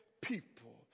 people